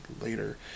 later